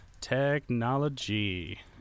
Technology